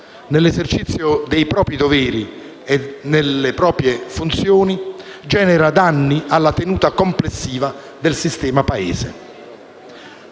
nell'esercizio dei propri doveri e delle proprie funzioni, genera danni alla tenuta complessiva del sistema Paese.